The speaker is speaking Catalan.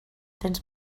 temps